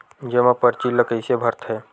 जमा परची ल कइसे भरथे?